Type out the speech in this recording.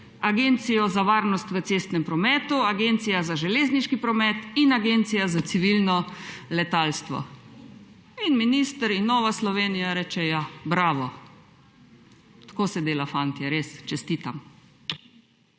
Agencijo za varnost v cestnem prometu, Agencijo za železniški promet in Agencijo za civilno letalstvo. In minister in Nova Slovenija rečeta: ja. Bravo, tako se dela, fantje, res, čestitam!